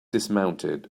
dismounted